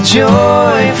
joy